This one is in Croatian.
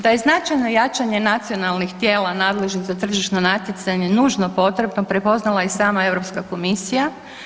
Da je značajno jačanje nacionalnih tijela nadležnih za tržišno natjecanje nužno potrebno, prepoznala je i sama Europska komisija.